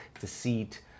deceit